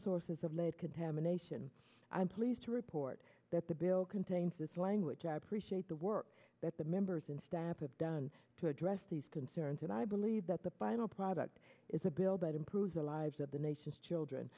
sources of lead contamination i am pleased to report that the bill contains this language i appreciate the work that the members in stamp of done to address these concerns and i believe that the final product is a bill that improves the lives of the nation's children